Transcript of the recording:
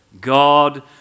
God